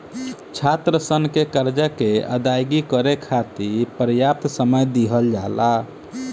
छात्रसन के करजा के अदायगी करे खाति परयाप्त समय दिहल जाला